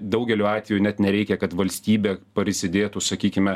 daugeliu atvejų net nereikia kad valstybė prisidėtų sakykime